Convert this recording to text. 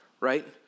Right